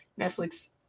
Netflix